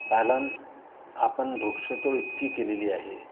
कारण आपण वृक्षतोड इतकी केलेली आहे